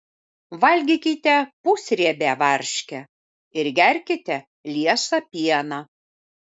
valgykite pusriebę varškę ir gerkite liesą pieną